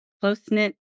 close-knit